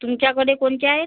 तुमच्याकडे कोणते आहेत